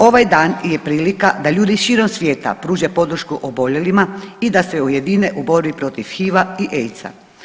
Ovaj dan je prilika da ljudi širom svijeta pruže podršku oboljelima i da se ujedine u boriti protiv HIV-a i AIDS-a.